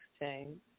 exchange